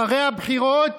אחרי הבחירות